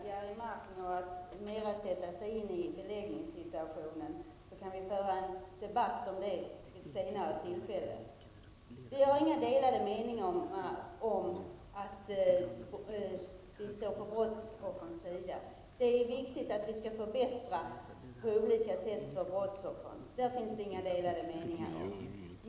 Herr talman! Jag vill uppmana Jerry Martinger att mera sätta sig in i beläggningssituationen, så kan vi föra en debatt om det vid ett senare tillfälle. Det råder inga delade meningar om att det är viktigt att på olika sätt förbättra för brottsoffren. Vi står på brottsoffrens sida. Där finns inga delade meningar.